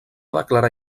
declarar